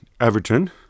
Everton